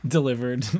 Delivered